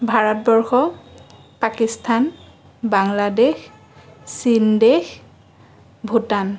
ভাৰতবৰ্ষ পাকিস্তান বাংলাদেশ চীন দেশ ভূটান